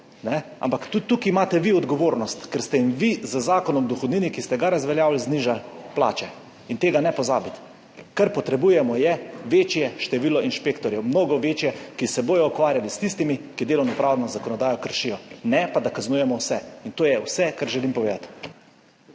tudi tukaj imate vi odgovornost, ker ste jim vi z Zakonom o dohodnini, ki ste ga razveljavili, znižali plače. In tega ne pozabiti. Kar potrebujemo, je večje število inšpektorjev, mnogo večje, ki se bodo ukvarjali s tistimi, ki kršijo delovnopravno zakonodajo, ne pa da kaznujemo vse. In to je vse, kar želim povedati.